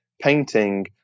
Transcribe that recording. painting